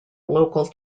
local